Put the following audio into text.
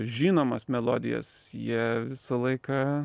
žinomas melodijas jie visą laiką